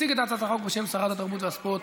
הצעת החוק התקבלה בקריאה ראשונה,